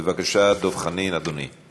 בבקשה, דב חנין, אדוני.